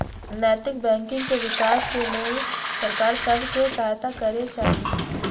नैतिक बैंकिंग के विकास के लेल सरकार सभ के सहायत करे चाही